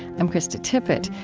i'm krista tippett.